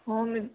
हो मी